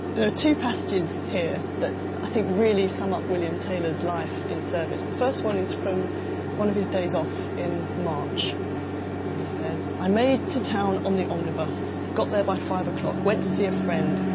there are two passages here that i think really sum up william taylor's life in service. the first one is from one of his days off in march and he says, i made to town on the omnibus. got there by five o'clock. went to see a friend.